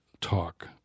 talk